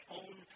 own